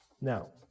Now